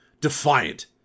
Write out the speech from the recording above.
Defiant